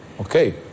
Okay